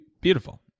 Beautiful